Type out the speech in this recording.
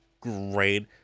great